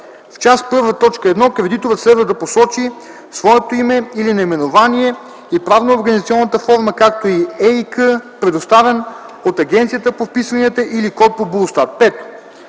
В част І, т. 1 кредиторът следва да посочи своето име или наименование и правноорганизационна форма, както и ЕИК, предоставен от Агенцията по вписванията, или код по БУЛСТАТ.